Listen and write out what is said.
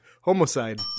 Homicide